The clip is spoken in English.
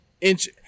inch